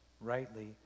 rightly